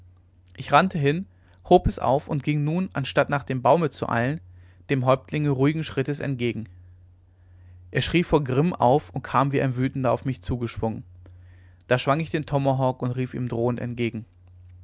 ich rannte hin hob es auf und ging nun anstatt nach dem baume zu eilen dem häuptlinge ruhigen schrittes entgegen er schrie vor grimm auf und kam wie ein wütender auf mich zugesprungen da schwang ich den tomahawk und rief ihm drohend entgegen